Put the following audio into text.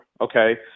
Okay